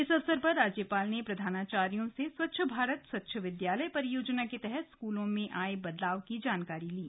इस अवसर पर राज्यपाल ने प्रधानाचार्यो से स्वच्छ भारत स्वच्छ विद्यालय परियोजना के तहत स्कूलों में आए बदलाव की जानकारी ली